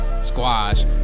squash